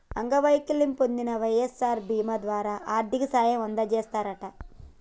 అంగవైకల్యం పొందిన వై.ఎస్.ఆర్ బీమా ద్వారా ఆర్థిక సాయం అందజేస్తారట